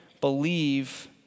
believe